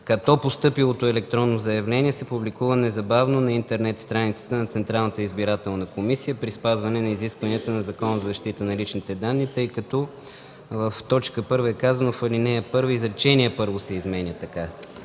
„като постъпилото електронно заявление се публикува незабавно на интернет страницата на Централната избирателна комисия при спазване на изискванията на Закона за защита на личните данни”, тъй като в т. 1 е казано: „В ал. 1 изречение първо се изменя така”,